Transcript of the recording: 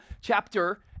chapter